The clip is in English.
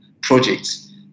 projects